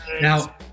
Now